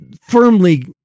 firmly